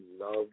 love